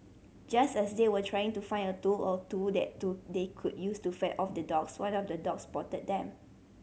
just as they were trying to find a tool or two that do they could use to fend off the dogs one of the dogs spotted them